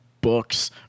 books